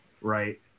right